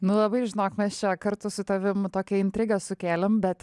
nu labai žinok mes čia kartu su tavim tokią intrigą sukėlėme bet